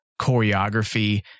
choreography